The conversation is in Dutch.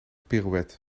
pirouette